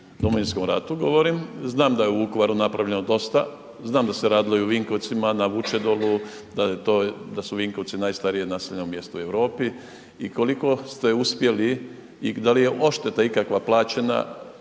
Domovinskom ratu govorim? Znam da je u Vukovaru napravljeno dosta, znam da se radilo i u Vinkovcima na Vučedolu, da su Vinkovci najstarije naseljeno mjesto u Europi. I koliko ste uspjeli i da li je odšteta ikakva plaćena